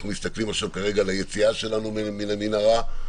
אנחנו מסתכלים עכשיו על היציאה שלנו מן המנהרה.